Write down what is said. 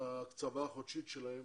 ההקצבה החודשית שלהן